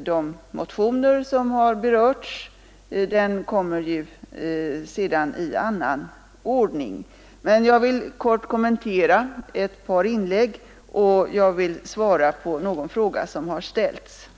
de motioner som har berörts. Den diskussionen kommer så småningom i annan ordning. Jag skall i stället kommentera ett par inlägg och svara på några frågor som har ställts.